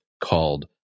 called